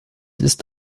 ist